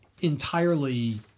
entirely